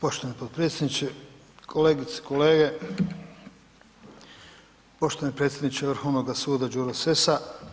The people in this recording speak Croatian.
Poštovani potpredsjedniče, kolegice, kolege, poštovani predsjedniče Vrhovnoga suda Đuro Sessa.